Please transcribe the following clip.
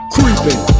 Creeping